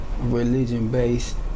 religion-based